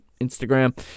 Instagram